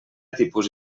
tipus